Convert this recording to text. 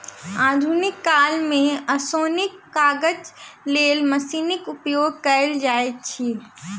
आधुनिक काल मे ओसौनीक काजक लेल मशीनक उपयोग कयल जाइत अछि